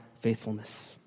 faithfulness